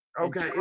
Okay